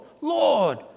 Lord